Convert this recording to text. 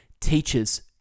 teachers